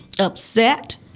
upset